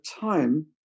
time